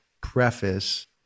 preface